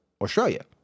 Australia